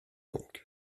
donc